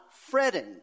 fretting